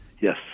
Yes